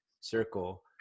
circle